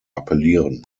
appellieren